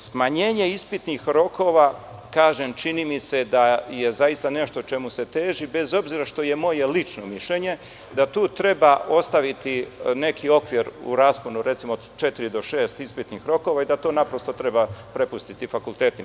Smanjenje ispitnih rokova, čini mi se da je zaista nešto čemu se teži, bez obzira što je moje lično mišljenje da tu treba ostaviti neki okvir u rasponu recimo od četiri do šest ispitnih rokova i da to naprosto treba prepustiti fakultetima.